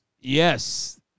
Yes